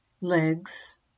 legs